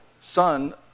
Son